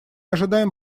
ожидаем